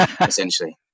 essentially